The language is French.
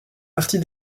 partie